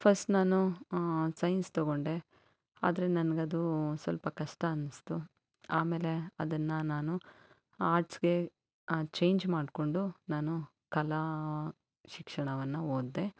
first ನಾನು science ತೊಗೊಂಡೆ ಆದರೆ ನನ್ಗೆ ಅದು ಸ್ವಲ್ಪ ಕಷ್ಟ ಅನಿಸ್ತು ಆಮೇಲೆ ಅದನ್ನು ನಾನು ಆರ್ಟ್ಸಿಗೆ ಚೇಂಜ್ ಮಾಡಿಕೊಂಡು ನಾನು ಕಲಾ ಶಿಕ್ಷಣವನ್ನು ಓದಿದೆ